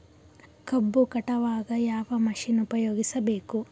ಕಬ್ಬು ಕಟಾವಗ ಯಾವ ಮಷಿನ್ ಉಪಯೋಗಿಸಬೇಕು?